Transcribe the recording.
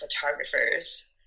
photographers